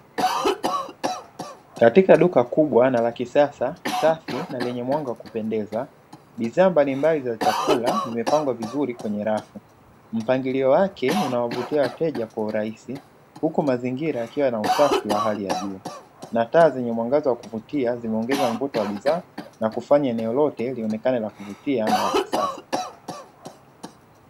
Katika duka kubwa na la kisasa, safi na lenye mwanga wa kutosha, bidhaa mbalimbali za chakula zimepangwa kwenye safu; mpangilio wake unawavutia wateja kwa urahisi huku mazingira yakiwa yana usafi wa hali ya juu, na taa zenye mwangaza wa kuvutia zimeongeza mvuto wa bidhaa na kufanya eneo lote lionekane la kuvutia na la kisasa.